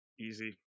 Easy